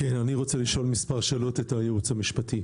אני רוצה לשאול מספר שאלות את הייעוץ המשפטי: